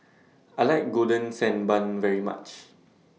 I like Golden Sand Bun very much